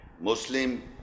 Muslim